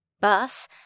Bus